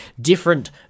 different